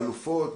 חלופות.